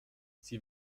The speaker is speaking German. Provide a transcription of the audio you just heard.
sie